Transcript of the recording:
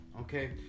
okay